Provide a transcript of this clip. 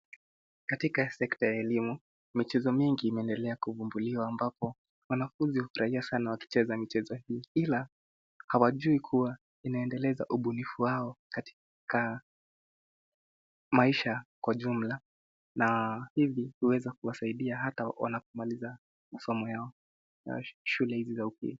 Katika sekta ya elimu, michezo mingi imeendelea kuvumbuliwa ambapo wanafunzi hufurahia sana wakicheza michezo hii. Ila hawajui kuwa inaendeleza ubunifu wao katika maisha kwa jumla na hivi huweza kuwasaidia hata wanapomaliza masomo yao ya shule hizi za upili.